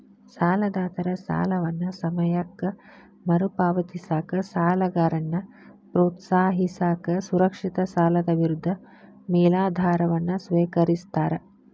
ಸಾಲದಾತರ ಸಾಲವನ್ನ ಸಮಯಕ್ಕ ಮರುಪಾವತಿಸಕ ಸಾಲಗಾರನ್ನ ಪ್ರೋತ್ಸಾಹಿಸಕ ಸುರಕ್ಷಿತ ಸಾಲದ ವಿರುದ್ಧ ಮೇಲಾಧಾರವನ್ನ ಸ್ವೇಕರಿಸ್ತಾರ